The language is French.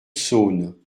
saône